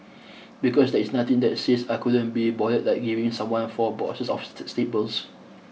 because there is nothing that says I couldn't be bothered like giving someone four boxes of staples